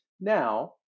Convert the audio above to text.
now